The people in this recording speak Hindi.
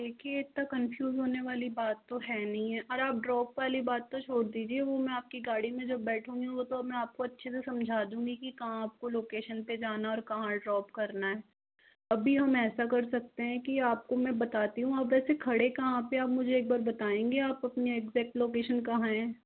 देखिए इतना कन्फ्यूज़ होने वाली बात तो है नहीं और आप ड्रॉप वाली बात तो छोड़ दीजिए वह मैं आपकी गाड़ी में जब बैठूँगी वह तब मैं आपको अच्छे से समझा दूँगी की कहाँ आपको लोकेशन पर जाना है और कहाँ ड्रॉप करना है अभी हम ऐसा कर सकते हैं की आपको मैं बताती हूँ आप वैसे खड़े कहाँ पर हैं आप मुझे बताएँगे आप अपनी एक्जैक्ट लोकेशन कहाँ है